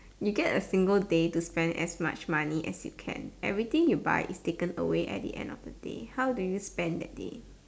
you get a single day to spend as much money as you can everything you buy is taken away at the end of the day how do you spend that day